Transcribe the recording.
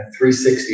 360